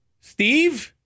Steve